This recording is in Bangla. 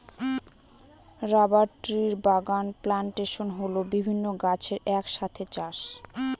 রবার ট্রির বাগান প্লানটেশন হল বিভিন্ন গাছের এক সাথে চাষ